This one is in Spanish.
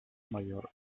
mayor